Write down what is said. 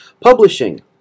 Publishing